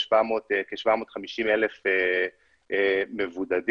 יש כ-750,000 מבודדים.